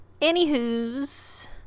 Anywho's